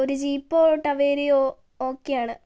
ഒരു ജീപ്പോ ടവേരയോ ഓക്കെയാണ്